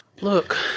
Look